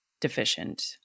deficient